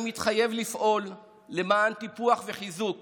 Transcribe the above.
אני מתחייב לפעול למען טיפוח וחיזוק